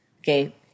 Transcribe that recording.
Okay